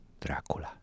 Dracula